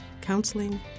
counseling